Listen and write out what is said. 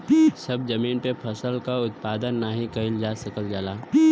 सभ जमीन पे फसल क उत्पादन नाही कइल जा सकल जाला